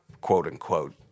quote-unquote